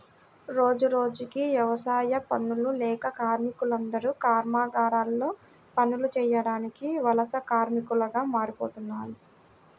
రోజురోజుకీ యవసాయ పనులు లేక కార్మికులందరూ కర్మాగారాల్లో పనులు చేయడానికి వలస కార్మికులుగా మారిపోతన్నారు